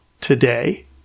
today